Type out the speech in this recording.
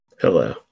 Hello